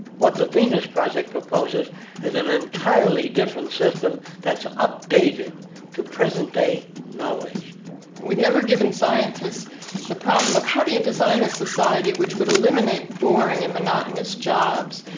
what the venus project proposes is an entirely different system that's updated to present day knowledge we've never given scientists the problem of how do you design a society that would eliminate boring and monotonous jobs,